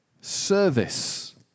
Service